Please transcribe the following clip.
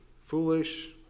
foolish